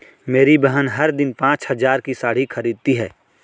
मेरी बहन हर दिन पांच हज़ार की साड़ी खरीदती है